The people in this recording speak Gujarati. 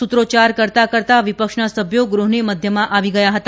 સૂત્રોચ્યાર કરતાં કરતાં વિપક્ષના સભ્યો ગૃહની મધ્યમાં આવી ગયા હતા